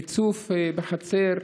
ריצוף בחצר,